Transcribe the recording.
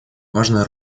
важная